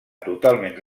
totalment